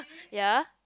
ya